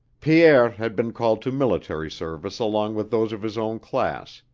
pierre had been called to military service along with those of his own class,